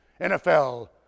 NFL